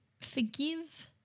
Forgive